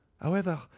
However